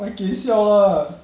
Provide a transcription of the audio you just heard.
mai geh siao lah